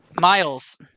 Miles